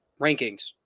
rankings